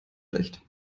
schlecht